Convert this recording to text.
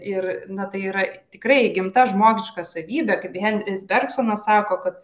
ir na tai yra tikrai įgimta žmogiška savybė kaip henris bergsonas sako kad